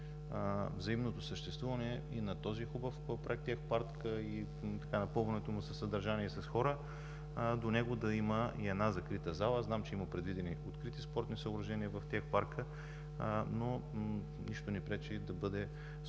взаимното съществуване и на този хубав Тех парк и напълването му със съдържание и хора, а до него да има и закрита зала. Зная, че има предвидени и открити спортни съоръжения в Тех парка. Нищо не пречи според